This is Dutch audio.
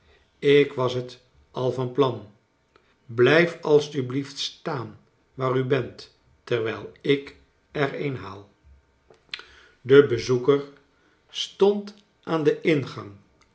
ik was het al van plan blijf alstublieft staan waar u bent terwijl ik er een haal de bezoeker stond aan den ingang